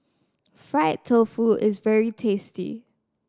fried tofu is very tasty